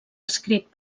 escrit